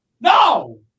No